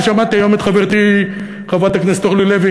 ושמעתי היום את חברתי חברת הכנסת אורלי לוי